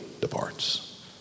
departs